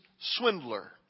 swindler